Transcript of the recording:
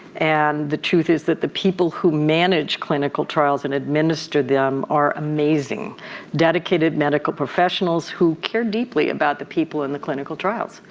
and the truth is that the people who manage clinical trials and administer them are amazing dedicated medical professionals who care deeply about the people in the clinical trials.